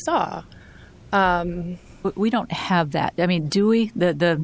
saw but we don't have that i mean do we the